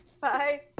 Bye